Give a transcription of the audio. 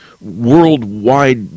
worldwide